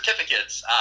certificates